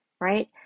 right